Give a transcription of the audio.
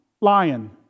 lion